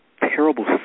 terrible